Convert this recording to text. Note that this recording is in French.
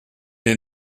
est